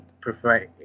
prefer